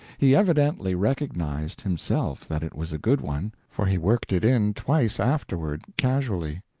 he evidently recognized, himself, that it was a good one, for he worked it in twice afterward, casually.